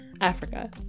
Africa